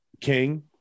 king